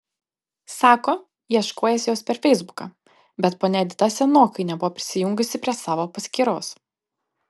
sako ieškojęs jos per feisbuką bet ponia edita senokai nebuvo prisijungusi prie savo paskyros